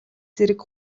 зэрэг